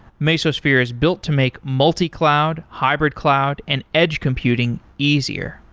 mesosphere is built to make multi-cloud, hybrid-cloud and edge computing easier.